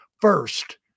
first